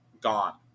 Gone